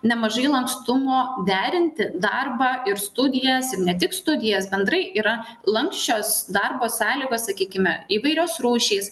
nemažai lankstumo derinti darbą ir studijas ir ne tik studijas bendrai yra lanksčios darbo sąlygos sakykime įvairios rūšys